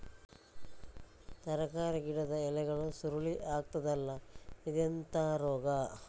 ತರಕಾರಿ ಗಿಡದ ಎಲೆಗಳು ಸುರುಳಿ ಆಗ್ತದಲ್ಲ, ಇದೆಂತ ರೋಗ?